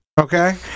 Okay